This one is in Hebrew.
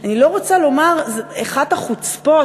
אני לא רוצה לומר אחת החוצפות,